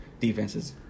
defenses